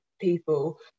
people